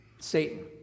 Satan